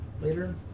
later